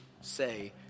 say